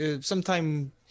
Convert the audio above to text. sometime